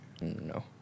No